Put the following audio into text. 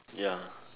ya